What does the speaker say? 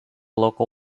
local